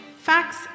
Facts